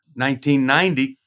1990